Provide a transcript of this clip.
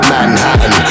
Manhattan